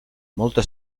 molta